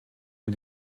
mit